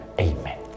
Amen